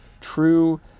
true